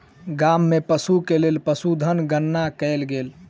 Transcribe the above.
गाम में पशु के लेल पशुधन गणना कयल गेल